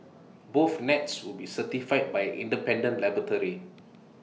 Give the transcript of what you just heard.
both nets will be certified by independent laboratory